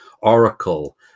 Oracle